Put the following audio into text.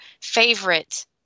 favorite